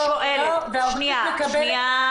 לא, העובדת מקבלת --- שניה.